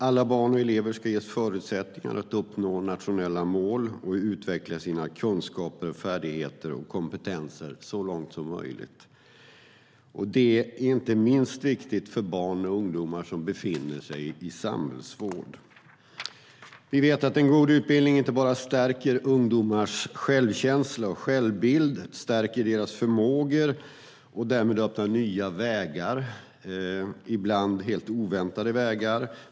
Alla barn och elever ska så långt som möjligt ges förutsättningar att uppnå nationella mål och utveckla sina kunskaper, färdigheter och kompetenser. Det är inte minst viktigt för de barn och ungdomar som befinner sig i samhällsvård. Vi vet att en god utbildning inte bara stärker ungdomars självkänsla och självbild, stärker deras förmågor och därmed öppnar nya, ibland helt oväntade, vägar.